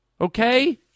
Okay